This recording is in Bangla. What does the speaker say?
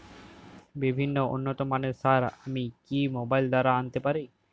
বিভিন্ন উন্নতমানের সার আমি কি মোবাইল দ্বারা আনাতে পারি?